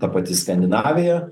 ta pati skandinavija